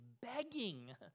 begging